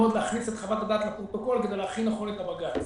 להכניס את חוות הדעת לפרוטוקול כדי להכין נכון את הבג"ץ.